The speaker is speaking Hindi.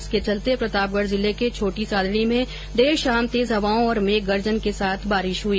इसके चलते प्रतापगढ जिले के छोटी सादडी में देर शाम तेज हवाओं और मेघ गर्जन के साथ बारिश हई